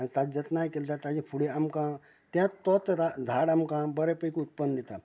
आनी तांची जातनाय केल्ल्यान ताचे फुडें आमकां त्याच तोच रा झाड आमकां बरें पैकी उत्पन्न दिता